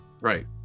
right